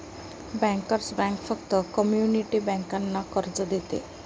bankers bank फक्त community बँकांना कर्ज देते